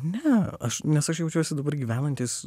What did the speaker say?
ne aš nes aš jaučiuosi dabar gyvenantis